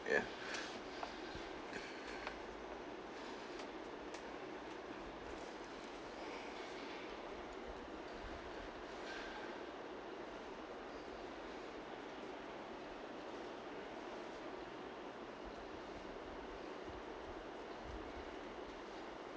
ya